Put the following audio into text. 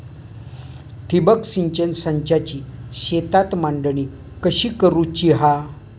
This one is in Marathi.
ठिबक सिंचन संचाची शेतात मांडणी कशी करुची हा?